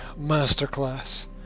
Masterclass